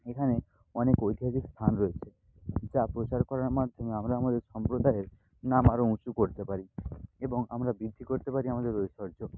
এখানে অনেক ঐতিহাসিক স্থান রয়েছে যা প্রচার করার মাধ্যমে আমরা আমাদের সম্প্রদায়ের নাম আরও উঁচু করতে পারি এবং আমরা বৃদ্ধি করতে পারি আমাদের ঐশ্বর্য